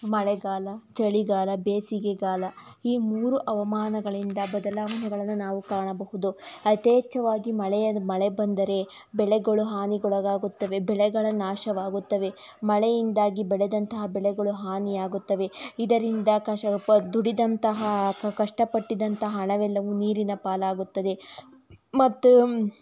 ಮಳೆಗಾಲ ಚಳಿಗಾಲ ಬೇಸಿಗೆಗಾಲ ಈ ಮೂರು ಹವಾಮಾನಗಳಿಂದ ಬದಲಾವಣೆಗಳನ್ನು ನಾವು ಕಾಣಬಹುದು ಯಥೇಚ್ಛವಾಗಿ ಮಳೆಯಾ ಮಳೆ ಬಂದರೆ ಬೆಳೆಗಳು ಹಾನಿಗೊಳಗಾಗುತ್ತವೆ ಬೆಳೆಗಳು ನಾಶವಾಗುತ್ತವೆ ಮಳೆಯಿಂದಾಗಿ ಬೆಳೆದಂತಹ ಬೆಳೆಗಳು ಹಾನಿಯಾಗುತ್ತವೆ ಇದರಿಂದ ಕಷ್ಟ ಪ ದುಡಿದಂತಹ ಕಷ್ಟಪಟ್ಟಿದ್ದಂತಹ ಹಣವೆಲ್ಲವೂ ನೀರಿನ ಪಾಲಾಗುತ್ತದೆ ಮತ್ತು